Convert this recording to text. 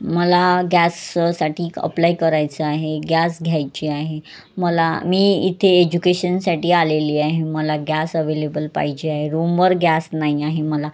मला गॅससाठी अप्लाय करायचं आहे गॅस घ्यायची आहे मला मी इथे एज्युकेशनसाठी आलेली आहे मला गॅस अवेलेबल पाहिजे आहे रूमवर गॅस नाही आहे मला